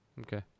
Okay